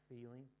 feeling